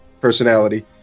Personality